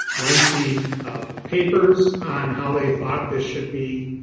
lengthy papers on how they thought this should be